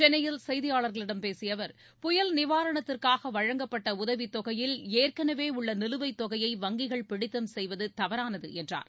சென்னையில் செய்தியாளர்களிடம் பேசிய அவர் புயல் நிவாரணத்திற்காக வழங்கப்பட்ட உதவித் தொகையில் ஏற்கனவே உள்ள நிலுவைத் தொகையை வங்கிகள் பிடித்தம் செய்வது தவறானது என்றார்